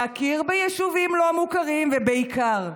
להכיר ביישובים לא מוכרים, ובעיקר,